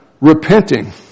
repenting